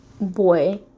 boy